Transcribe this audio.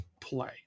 play